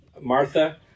Martha